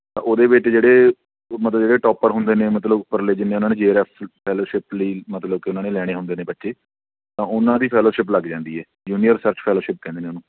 ਉਹਦੇ ਵਿੱਚ ਜਿਹੜੇ ਮਤਲਬ ਜਿਹੜੇ ਟੋਪਰ ਹੁੰਦੇ ਨੇ ਮਤਲਬ ਉੱਪਰਲੇ ਜਿੰਨੇ ਉਹਨਾਂ ਨੇ ਜੇ ਆਰ ਐੱਫ ਫੈਲੋਸ਼ਿਪ ਲਈ ਮਤਲਬ ਕਿ ਉਹਨਾਂ ਨੇ ਲੈਣੇ ਹੁੰਦੇ ਨੇ ਬੱਚੇ ਤਾਂ ਉਹਨਾਂ ਦੀ ਫੈਲੋਸ਼ਿਪ ਲੱਗ ਜਾਂਦੀ ਹੈ ਜੂਨੀਅਰ ਸਰਚ ਫੈਲੋਸ਼ਿਪ ਕਹਿੰਦੇ ਨੇ ਉਹਨੂੰ